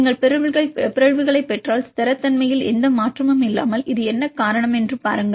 நீங்கள் பிறழ்வுகளைப் பெற்றால் ஸ்திரத்தன்மையில் எந்த மாற்றமும் இல்லாமல் இது என்ன காரணம் என்று பாருங்கள்